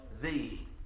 thee